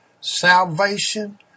salvation